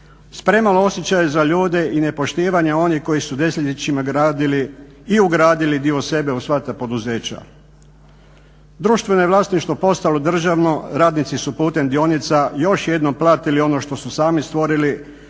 premalo osjećaja za ljude i nepoštivanje onih koji su desetljećima gradili i ugradili dio sebe u sva ta poduzeća. Društveno je vlasništvo postalo državno, radnici su putem dionica još jednom platili ono što su sami stvorili,